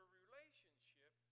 relationship